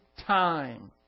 time